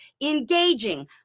engaging